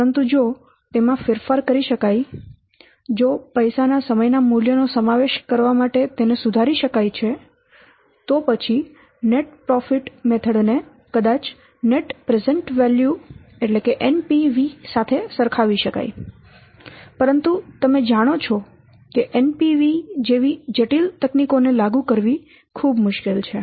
પરંતુ જો તેમાં ફેરફાર કરી શકાય જો પૈસાના સમયના મૂલ્યનો સમાવેશ કરવા માટે તેને સુધારી શકાય છે તો પછી નેટ પ્રોફીટ મેથડ ને કદાચ નેટ પ્રેઝેન્ટ વેલ્યુ સાથે સરખાવી શકાય પરંતુ તમે જાણો છો કે NPV જેવી જટિલ તકનીકોને લાગુ કરવી મુશ્કેલ છે